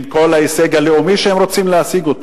עם כל ההישג הלאומי שהם רוצים להשיג,